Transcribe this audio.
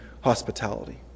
hospitality